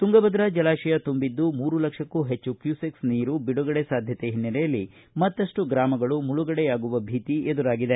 ತುಂಗಭದ್ರ ಜಲಾತಯ ತುಂಬಿದ್ದು ಮೂರು ಲಕ್ಷಕ್ಕೂ ಹೆಚ್ಚು ಕ್ಯೂಸೆಕ್ ನೀರು ಬಿಡಗಡೆ ಸಾಧ್ಯತೆ ಹಿನ್ನೆಲೆಯಲ್ಲಿ ಮತ್ತಷ್ಟು ಗ್ರಾಮಗಳು ಮುಳುಗಡೆಯಾಗುವ ಭೀತಿ ಎದುರಾಗಿದೆ